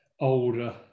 older